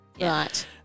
Right